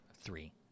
Three